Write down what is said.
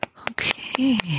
Okay